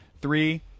three